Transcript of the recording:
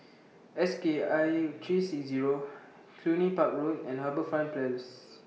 S K I three six Zero Cluny Park Road and HarbourFront Place